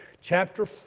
chapter